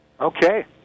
Okay